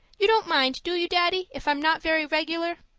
you don't mind, do you, daddy, if i'm not very regular?